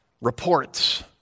reports